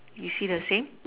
you see the same